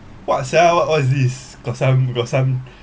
what sia what is this got some got some